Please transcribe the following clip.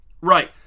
Right